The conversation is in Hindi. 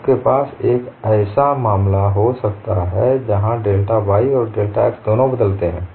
आपके पास एक ऐसा मामला हो सकता है जहां डेल्टा y और डेल्टा x दोनों बदलते हैं